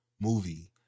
movie